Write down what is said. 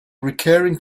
recurring